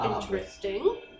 Interesting